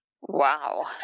Wow